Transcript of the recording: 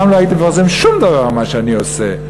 גם לא הייתי מפרסם שום דבר ממה שאני עושה.